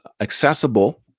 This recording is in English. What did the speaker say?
accessible